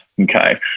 Okay